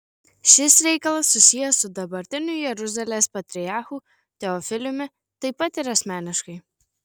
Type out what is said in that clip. šis reikalas susijęs su dabartiniu jeruzalės patriarchu teofiliumi taip pat ir asmeniškai